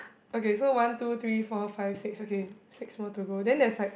okay so one two three four five six okay six more to go then there's like